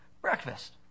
Breakfast